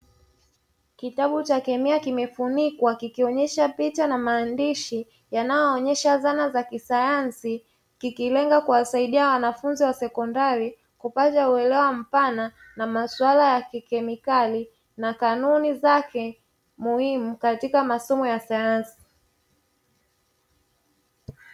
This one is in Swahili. Kitabu cha kemia kimefunikwa kikionesha picha na maandishi yanayoonesha zana za kisayansi, kikilenga kuwasaidia wanafunzi wa sekondari kupata uelewa mpana na maswala ya kikemikali na kanuni zake muhimu katika masomo ya sayansi.